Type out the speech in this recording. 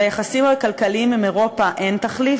ליחסים הכלכליים עם אירופה אין תחליף